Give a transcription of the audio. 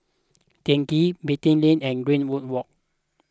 Teck Ghee Beatty Lane and Greenwood Walk